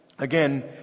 Again